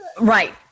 Right